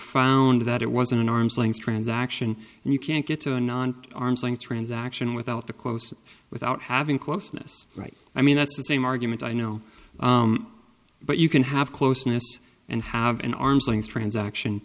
found that it was an arm's length transaction and you can't get to a non arm's length transaction without the close without having closeness right i mean that's the same argument i know but you can have closeness and have an arm's length transaction